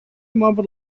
mumbled